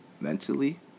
mentally